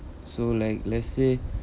so like let's say